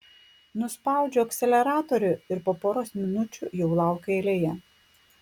nuspaudžiu akceleratorių ir po poros minučių jau laukiu eilėje